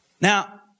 Now